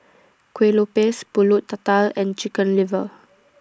Kuih Lopes Pulut Tatal and Chicken Liver